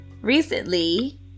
recently